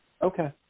Okay